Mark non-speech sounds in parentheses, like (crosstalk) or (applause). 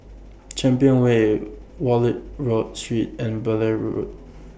(noise) Champion Way Wallich Road Street and Blair Road